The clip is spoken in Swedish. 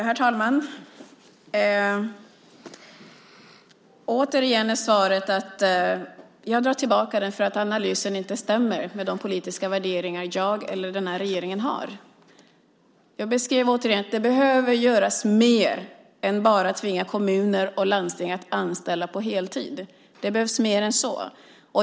Herr talman! Återigen är svaret att jag drar tillbaka den för att analysen inte stämmer med de politiska värderingar jag eller den här regeringen har. Jag beskrev att det behöver göras mer än bara att tvinga kommuner och landsting att anställa på heltid. Det behövs mer än så.